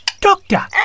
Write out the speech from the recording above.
doctor